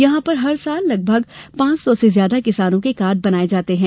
यहां पर हर साल लगभग पांच सौ से ज्यादा किसानों के कार्ड बनाये जाते हैं